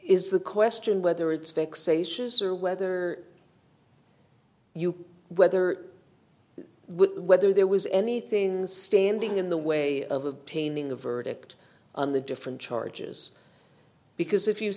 is the question whether it's vexatious or whether you whether whether there was anything standing in the way of obtaining a verdict on the different charges because if you